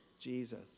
Jesus